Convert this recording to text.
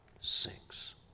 sinks